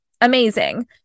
amazing